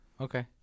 okay